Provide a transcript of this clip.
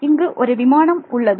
இங்கு ஒரு விமானம் உள்ளது